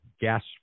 gas